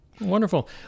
Wonderful